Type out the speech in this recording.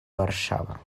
warszawa